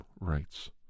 rights